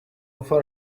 far